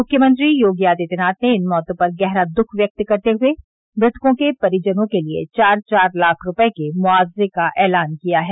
मुख्यमंत्री योगी आदित्यनाथ ने इन मौतों पर गहरा दुख व्यक्त करते हुए मृतकों के परिजनों के लिए चार चार लाख रुपये के मुआवजे का एलान किया है